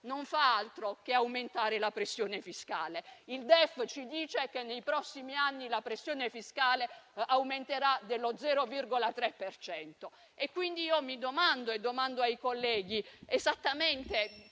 non fanno altro che aumentare la pressione fiscale. Il DEF ci dice che nei prossimi anni la pressione fiscale aumenterà dello 0,3 per cento. Quindi domando a me stessa e ai colleghi esattamente